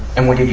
and when did you